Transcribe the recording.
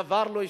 דבר לא השתנה.